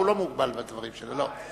לא מוגבל בדברים שלו.